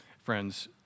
friends